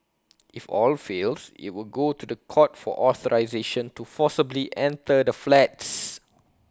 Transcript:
if all fails IT will go to The Court for authorisation to forcibly enter the flats